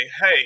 Hey